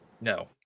No